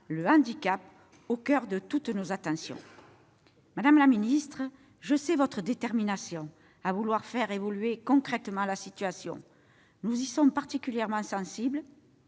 le handicap au coeur de toutes nos attentions. Madame la secrétaire d'État, je sais votre détermination à vouloir faire évoluer concrètement la situation. Nous y sommes particulièrement sensibles,